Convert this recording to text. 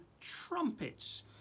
trumpets